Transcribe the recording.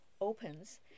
opens